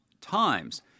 times